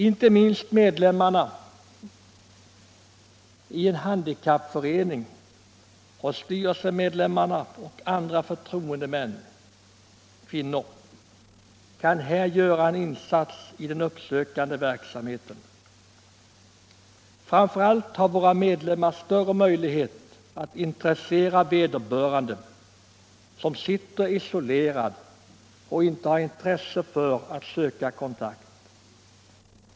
Inte minst medlemmar i en handikappförening och styrelsemedlemmar och andra förtroendemän-kvinnor kan här göra en insats i den uppsökande verksamheten. Framför allt har våra medlemmar större möjlighet att intressera vederbörande som sitter isolerad och inte har intresse för att söka kontakt.